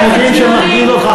אני מבין שזה מרגיז אותך,